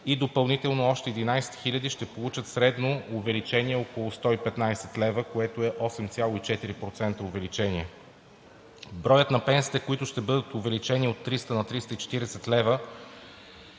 и допълнително още 11 хиляди ще получат средно увеличение около 115 лв., което е 8,4% увеличение. Броят на пенсиите, които ще бъдат увеличени от 300 на 340 лв.